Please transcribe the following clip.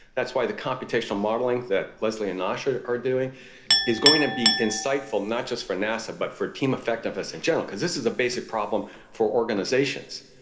that's why the computational modelling that leslie and noshir are doing is going to be insightful not just for nasa but for team effectiveness in general because this is a basic problem for organisations.